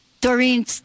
Doreen